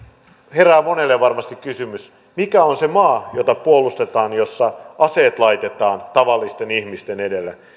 herää monelle varmasti kysymys mikä on se maa jota puolustetaan niin että aseet laitetaan tavallisten ihmisten edelle